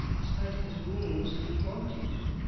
in spite of his wounds he wanted to.